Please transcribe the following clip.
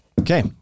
Okay